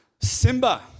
Simba